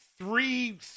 three